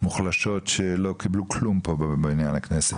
מוחלשות שלא קיבלו כלום פה בבניין הכנסת.